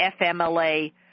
FMLA